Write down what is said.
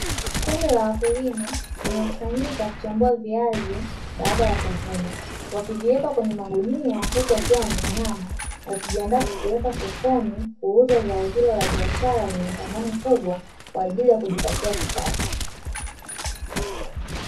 Kundi la wakulima, limekusanyika kuchambua viazi baada ya kuvivuna, wakiviweka kwenye magunia, huku wakiwa wameinama, wakijiandaa kupeleka sokoni kuuza zao hilo la biashara lenye thamani kubwa kwa ajili ya kujipatia kipato.